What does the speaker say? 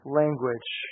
language